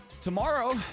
tomorrow